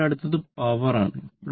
അതിനാൽ അടുത്തത് പവർ ആണ്